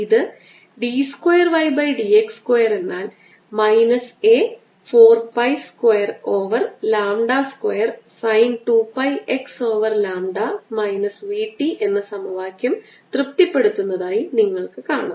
ഇത് d square y by d x square എന്നാൽ minus A 4 pi square over lambda square sine 2 പൈ x over lambda minus v t എന്ന സമവാക്യം തൃപ്തിപ്പെടുത്തുന്നതായി നിങ്ങൾക്ക് കാണാം